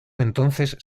entonces